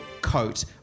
coat